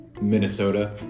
Minnesota